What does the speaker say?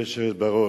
בבקשה,